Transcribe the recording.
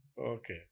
Okay